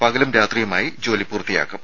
പകലും രാത്രിയുമായി ജോലി പൂർത്തിയാക്കും